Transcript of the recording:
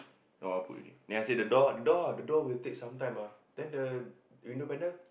no I put already then I say the door the door the door will take some time ah then the window panel